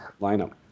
lineup